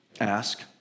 Ask